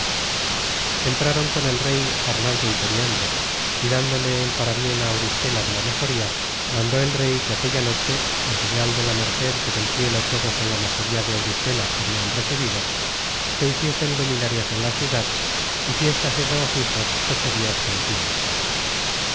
entraron con el rey arnaldo y periandro y dándole el parabien á auristela de la mejoría mandó el rey content from google book search generated at que aquella noche en señal de la merced que del cielo todos en la mejoría de auristela habian recebido se hiciesen luminarias en la ciudad y fiestas y regocijos ocho dias continuos